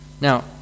Now